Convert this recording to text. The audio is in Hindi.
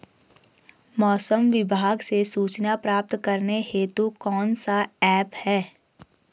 मौसम विभाग से सूचना प्राप्त करने हेतु कौन सा ऐप है?